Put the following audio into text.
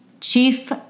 Chief